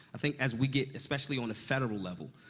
i think as we get especially on the federal level,